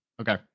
Okay